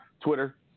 Twitter